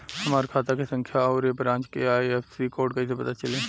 हमार खाता के खाता संख्या आउर ए ब्रांच के आई.एफ.एस.सी कोड कैसे पता चली?